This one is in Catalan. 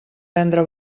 vendre